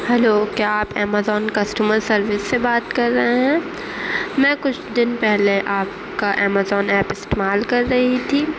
hello کیا آپ Amazon customer service سے بات کر رہے ہیں میں کچھ دن پہلے آپ کا امازون ایپ استعمال کر رہی تھی